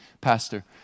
Pastor